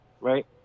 right